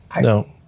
no